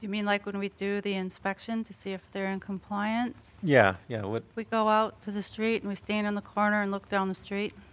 you mean like when we do the inspection to see if they're in compliance yeah you know what we go out to the street and we stand on the corner and look down the street